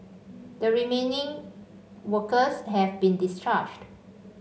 the remaining workers have been discharged